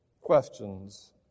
questions